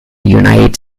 united